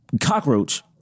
cockroach